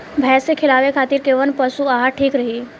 भैंस के खिलावे खातिर कोवन पशु आहार ठीक रही?